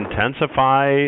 intensify